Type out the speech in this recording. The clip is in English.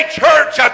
church